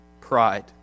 pride